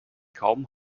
kaum